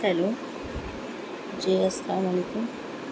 hello جی السّلام علیکم